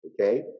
okay